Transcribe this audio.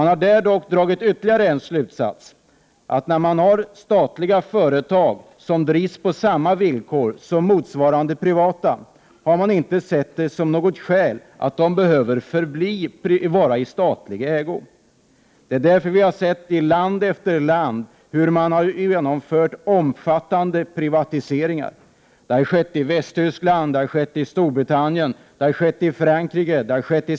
Där har man dock dragit ytterligare en slutsats, nämligen att det — 1 juni 1989 faktum att man har statliga företag som drivs på samma villkor som motsvarande privata företag inte utgör något skäl till att de behöver förbli i statlig ägo. Vi har därför kunnat se hur man i land efter land har genomfört omfattande privatiseringar. Det har skett i Västtyskland, Storbritannien, Frankrike, Spanien och Italien.